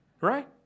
right